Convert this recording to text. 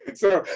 and so,